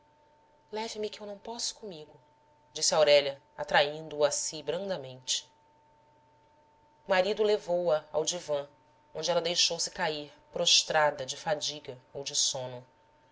que eu não posso comigo disse aurélia atraindo o a si brandamente o marido levou-a ao divã onde ela deixou-se cair prostrada de fadiga ou de sono